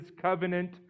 covenant